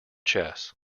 chess